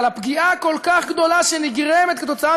על הפגיעה הכל-כך גדולה שנגרמת כתוצאה